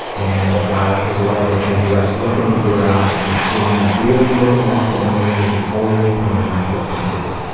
and about his love addiction, he writes looking into your eyes and seeing you really looking back into mine is the only time i feel complete.